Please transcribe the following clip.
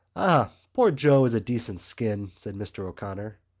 ah, poor joe is a decent skin, said mr. o'connor.